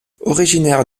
originaire